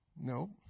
Nope